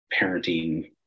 parenting